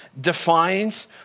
defines